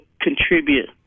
contribute